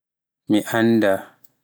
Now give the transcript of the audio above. Mi annda